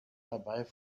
dabei